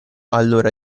allora